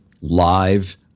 live